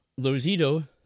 Lozito